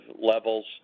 levels